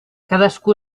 cadascú